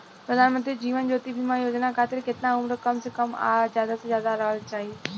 प्रधानमंत्री जीवन ज्योती बीमा योजना खातिर केतना उम्र कम से कम आ ज्यादा से ज्यादा रहल चाहि?